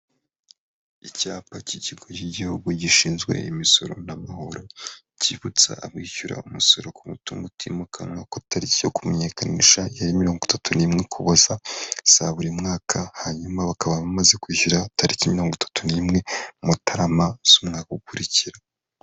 Icyapa cy'ikigo cy'igihugu gishinzwe imisoro n'amahoro, cyibutsa abishyura umusoro ku mutungo utimukanwa ko tariki yo kumenyekanisha yari mirongo itatu n'imwe Ukuboza za buri mwaka, hanyuma bakaba bamaze kwishyuraho tariki mirongo itatu n'imwe Mutarama z'umwaka ukurikira.